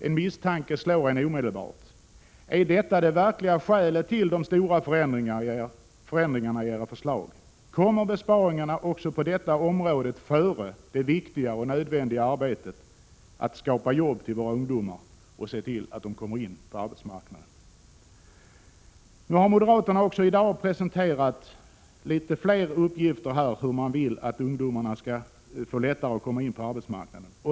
En misstanke slår en omedelbart: Är detta det verkliga skälet till de stora förändringarna i era förslag, eller kommer besparingarna också på detta område före det viktiga och nödvändiga arbetet att skapa jobb till våra ungdomar och se till att de kommer in på arbetsmarknaden? Också i dag har moderaterna presenterat litet fler uppgifter om hur man vill underlätta för ungdomarna att komma in på arbetsmarknaden.